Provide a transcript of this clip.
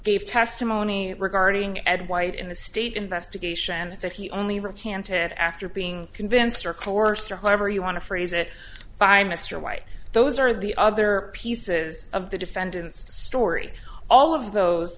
gave testimony regarding ed white in the state investigation that he only recanted after being convinced or coerced or whatever you want to phrase it by mr white those are the other pieces of the defendant's story all of those